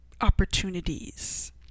opportunities